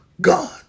God